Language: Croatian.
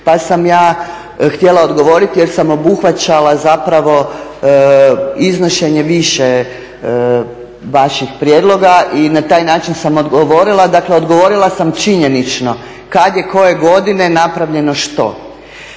pa sam ja htjela odgovoriti jer sam obuhvaćala zapravo iznošenje više vaših prijedloga i na taj način sam odgovorila, dakle odgovorila sam činjenično kad je koje godine napravljeno što.